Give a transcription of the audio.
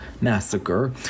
Massacre